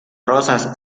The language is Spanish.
rosas